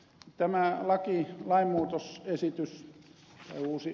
tämä laki lainmuutos esitys uusi